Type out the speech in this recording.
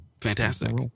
Fantastic